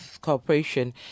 Corporation